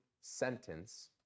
sentence